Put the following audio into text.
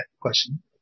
question